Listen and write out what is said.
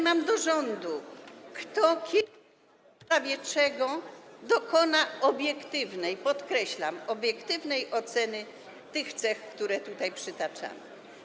Mam do rządu pytanie, kto, kiedy i w sprawie czego dokona obiektywnej, podkreślam: obiektywnej, oceny tych cech, które tutaj przytaczam.